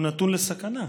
הוא נתון לסכנה,